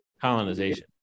colonization